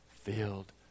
filled